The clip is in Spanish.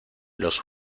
los